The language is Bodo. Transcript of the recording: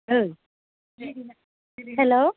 औ हेल्ल'